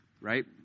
right